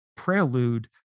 prelude